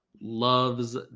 loves